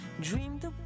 dreamed